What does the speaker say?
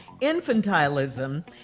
infantilism